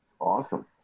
Awesome